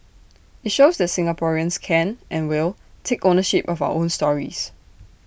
IT shows that Singaporeans can and will take ownership of our own stories